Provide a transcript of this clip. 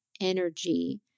energy